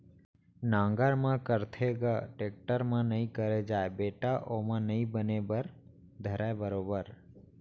नांगर म करथे ग, टेक्टर म नइ करे जाय बेटा ओमा नइ बने बर धरय बरोबर